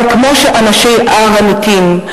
אבל כמו אנשי הר אמיתיים,